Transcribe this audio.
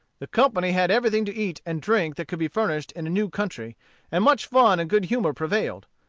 the company had everything to eat and drink that could be furnished in a new country and much fun and good humor prevailed.